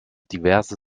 diverse